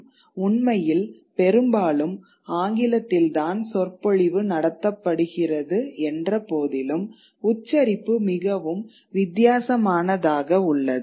உண்மையில் பெரும்பாலும் ஆங்கிலத்தில் தான் சொற்பொழிவு நடத்தப்படுகிறது என்றபோதிலும் உச்சரிப்பு மிகவும் வித்தியாசமானதாக உள்ளது